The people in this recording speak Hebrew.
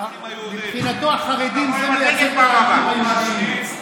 מבחינתו החרדים, זה מייצג את הערכים היהודיים.